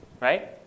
right